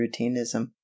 routinism